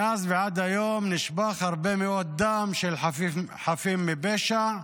מאז ועד היום נשפך הרבה מאוד דם של חפים מפשע,